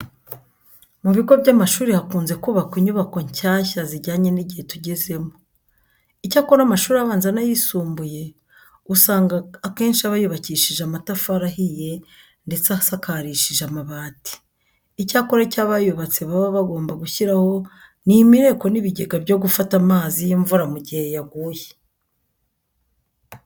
Mu bigo by'amashuri hakunze kubakwa inyubako nshyashya zijyanye n'igihe tugezemo. Icyakora amashuri abanza n'ayisumbuye usanga akenshi aba yubakishije amatafari ahiye ndetse asakarishije amabati. Icyakora icyo abayubatse baba bagomba gushyiraho ni imireko n'ibigega byo gufata amazi y'imvura mu gihe yaguye.